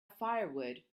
firewood